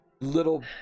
little